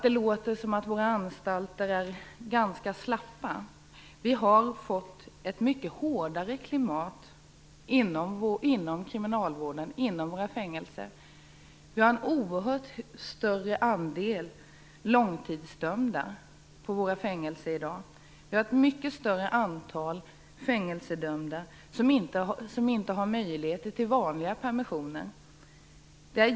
Det låter som om våra anstalter är ganska slappa, medan klimatet inom kriminalvården, inom fängelserna, har blivit mycket hårdare. Andelen långtidsdömda på våra fängelser har blivit oerhört mycket större. Antalet fängelsedömda, som inte har möjligheter till vanliga permissioner, har också ökat.